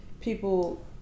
people